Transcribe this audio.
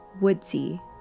Woodsy